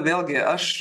vėlgi aš